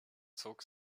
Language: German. zog